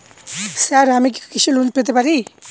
Sir আমি কি কৃষি লোন পেতে পারি?